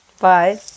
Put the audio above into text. bye